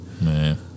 man